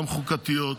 גם חוקתיות,